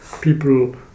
people